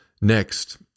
Next